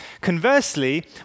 Conversely